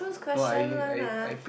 choose question one ah